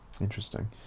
Interesting